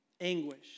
anguish